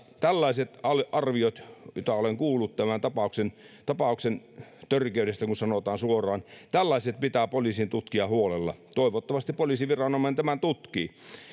tällaiset arviot joita olen kuullut tämän tapauksen tapauksen törkeydestä kun sanotaan suoraan pitää poliisin tutkia huolella toivottavasti poliisiviranomainen tämän tutkii